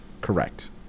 Correct